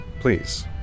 please